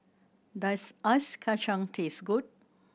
does Ice Kachang taste good